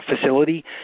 facility